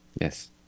Yes